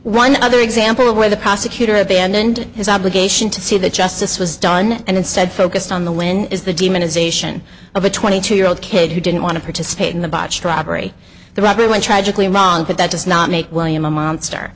one other example where the prosecutor abandoned his obligation to see that justice was done and instead focused on the when is the demonization of a twenty two year old kid who didn't want to participate in the botched robbery the robbery went tragically wrong but that does not make william a monster